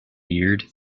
weird